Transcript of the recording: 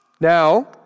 Now